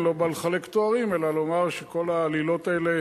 אני לא בא לחלק תארים אלא לומר שכל העלילות האלה